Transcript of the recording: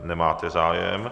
Nemáte zájem.